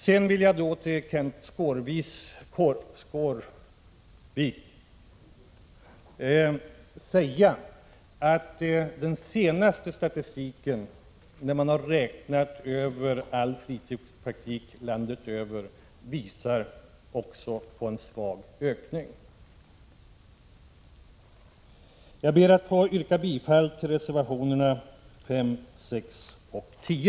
Sedan vill jag säga till Kenth Skårvik att den senaste statistiken, i vilken man har räknat in all fritidspraktik landet över, visar på en svag ökning av densamma. Herr talman! Jag ber att få yrka bifall till reservationerna 3, 5, 6 och 10.